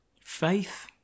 Faith